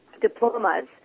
diplomas